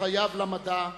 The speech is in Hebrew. חייו למדע,